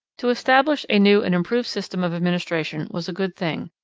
to establish a new and improved system of administration was a good thing,